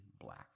black